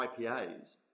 IPAs